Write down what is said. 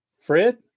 Fred